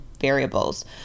variables